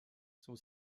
son